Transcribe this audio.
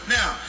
Now